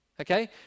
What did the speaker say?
Okay